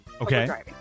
Okay